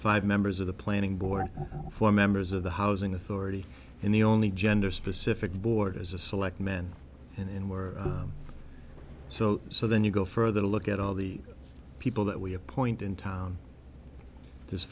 five members of the planning board four members of the housing authority and the only gender specific board is a select men and more so so then you go further to look at all the people that we appoint in town